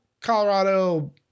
Colorado